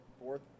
fourth